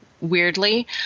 weirdly